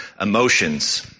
emotions